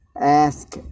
ask